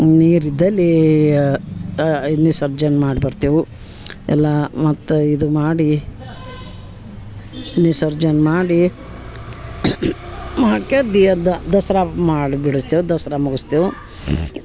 ನೀರು ಇದ್ದಲ್ಲಿ ವಿಸರ್ಜನ್ ಮಾಡಿ ಬರ್ತೇವೆ ಎಲ್ಲ ಮತ್ತು ಇದು ಮಾಡಿ ವಿಸರ್ಜನ್ ಮಾಡಿ ಮಾಡ್ಕ್ಯಾದ್ ಎದ್ದು ದಸರಾ ಹಬ್ಬ ಮಾಡಿ ಬಿಡ್ತೇವೆ ದಸರಾ ಮುಗಿಸ್ತೇವು